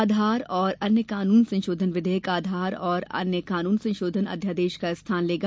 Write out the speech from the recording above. आधार और अन्य कानून संशोधन विधेयक आधार और अन्य कानून संशोधन अध्यादेश का स्थान लेगा